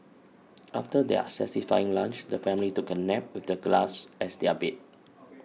after their satisfying lunch the family took a nap with the grass as their bed